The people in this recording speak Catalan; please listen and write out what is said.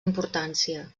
importància